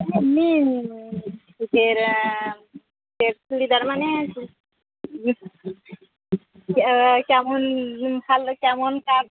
আমি ফের ফের চুড়িদার মানে কেমন ভালো কেমন কাট